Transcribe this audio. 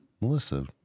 melissa